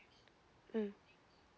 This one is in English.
mm